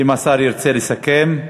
ואם השר ירצה לסכם,